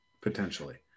potentially